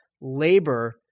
labor